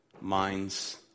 mind's